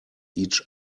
each